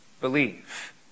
believe